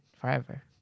forever